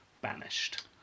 banished